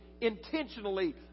intentionally